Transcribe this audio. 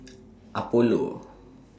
Apollo